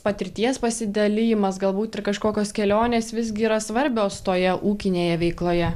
patirties pasidalijimas galbūt ir kažkokios kelionės visgi yra svarbios toje ūkinėje veikloje